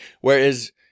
Whereas